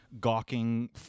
gawking